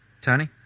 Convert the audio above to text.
Tony